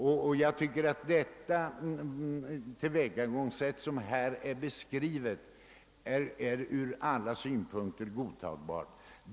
Det tillvägagångssätt som beskrivs i reservationen a är ur alla synpunkter godtagbart.